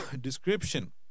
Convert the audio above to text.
description